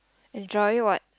enjoy what